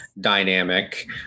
dynamic